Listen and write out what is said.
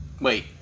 Wait